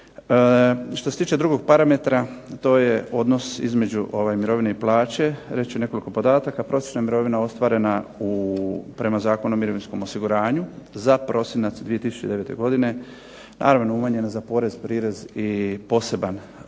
Što se tiče drugog parametra, to je odnos između mirovine i plaće, reći ću nekoliko podataka. Prosječna mirovina ostvarena prema Zakonu o mirovinskom osiguranju za prosinac 2009. godine, naravno umanjena za porez, prirez i poseban porez,